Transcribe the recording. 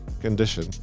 condition